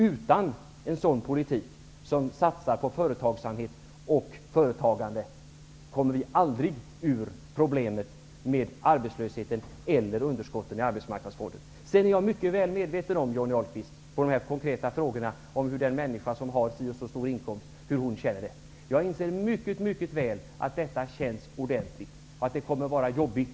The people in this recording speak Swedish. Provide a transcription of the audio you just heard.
Utan en sådan politik som innebär satsningar på företagsamhet och företagande kommer vi aldrig ur problemen med arbetslösheten och underskottet i arbetsmarknadsfonden. Jag är väl medveten om, Johnny Ahlqvist, hur den människa som har si eller så stor inkomst känner det. Jag inser mycket väl att detta känns ordentligt, att det kommer att vara jobbigt.